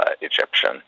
Egyptian